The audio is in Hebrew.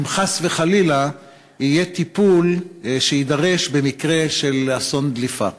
חס וחלילה יידרש במקרה של אסון דליפה?